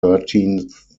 thirteenth